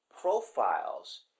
profiles